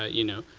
ah you know,